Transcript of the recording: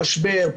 משבר,